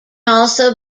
also